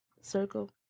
Circle